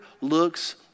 looks